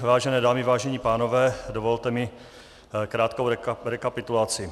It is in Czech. Vážené dámy, vážení pánové, dovolte mi krátkou rekapitulaci.